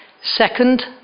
Second